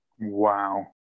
Wow